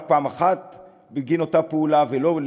בוא נתחיל מהעניין הזה,